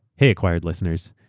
hey acquired listeners,